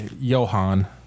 Johan